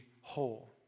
whole